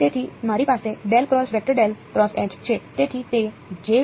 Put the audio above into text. તેથી મારી પાસે છે